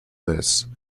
this